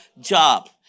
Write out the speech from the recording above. job